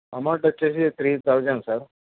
amount వచ్చేసి three thousand sir